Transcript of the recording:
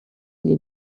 для